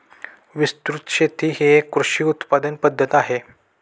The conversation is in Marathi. विस्तृत शेती ही एक कृषी उत्पादन पद्धत आहे